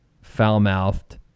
foul-mouthed